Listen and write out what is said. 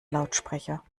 lautsprecher